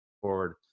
forward